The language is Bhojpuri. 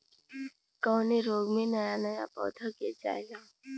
कवने रोग में नया नया पौधा गिर जयेला?